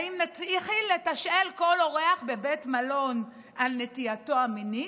האם נתחיל לתשאל כל אורח בבית מלון על נטייתו המינית?